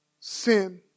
sin